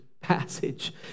passage